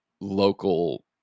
local